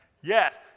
yes